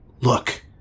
Look